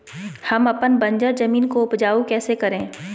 हम अपन बंजर जमीन को उपजाउ कैसे करे?